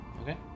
Okay